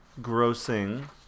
grossing